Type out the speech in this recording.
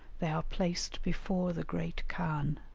they are placed before the great khan.